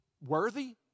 worthy